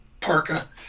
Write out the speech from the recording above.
Parka